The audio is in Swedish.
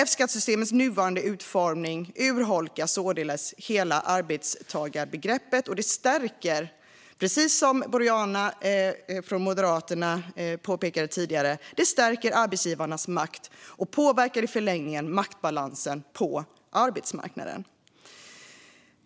F-skattesystemets nuvarande utformning urholkar således arbetstagarbegreppet, stärker arbetsgivarnas makt - precis som Boriana Åberg från Moderaterna påpekade tidigare - och påverkar i förlängningen maktbalansen på arbetsmarknaden.